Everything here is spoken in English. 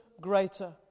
greater